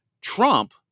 Trump